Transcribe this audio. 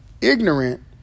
ignorant